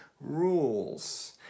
rules